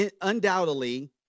undoubtedly